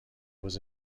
was